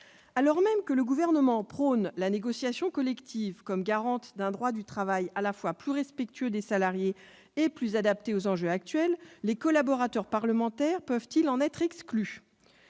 Alors même que le Gouvernement prône la négociation collective, garante d'un droit du travail à la fois plus respectueux des salariés et plus adapté aux enjeux actuels, les collaborateurs parlementaires peuvent-ils en être exclus ?